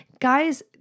guys